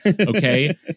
okay